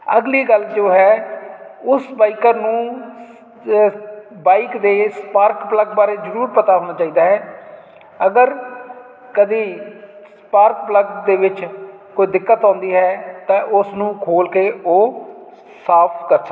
ਅਗਲੀ ਗੱਲ ਜੋ ਹੈ ਉਸ ਬਾਈਕਰ ਨੂੰ ਬਾਈਕ ਦੇ ਸਪਾਰਕ ਪਲੱਗ ਬਾਰੇ ਜ਼ਰੂਰ ਪਤਾ ਹੋਣਾ ਚਾਹੀਦਾ ਹੈ ਅਗਰ ਕਦੀ ਸਪਾਰਕ ਪਲੱਗ ਦੇ ਵਿੱਚ ਕੋਈ ਦਿੱਕਤ ਆਉਂਦੀ ਹੈ ਤਾਂ ਉਸਨੂੰ ਖੋਲ੍ਹ ਕੇ ਉਹ ਸਾਫ਼ ਕਰ ਸਕੇ